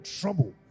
trouble